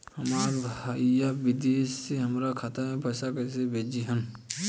हमार भईया विदेश से हमारे खाता में पैसा कैसे भेजिह्न्न?